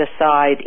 aside